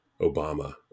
Obama